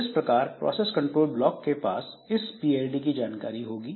इस प्रकार process control block के पास इस पीआईडी की जानकारी होगी